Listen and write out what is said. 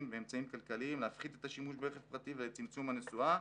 ואמצעים כלכליים להפחית את השימוש ברכב פרטי ולצמצום הנסיעה